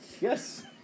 Yes